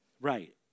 Right